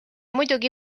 muidugi